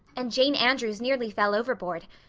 and jane andrews nearly fell overboard.